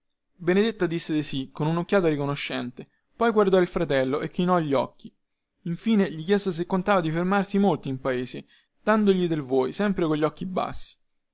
benedetta disse di sì con unocchiata riconoscente poi guardò il fratello e chinò gli occhi infine gli chiese se contava di fermarsi molto in paese dandogli del voi sempre cogli occhi bassi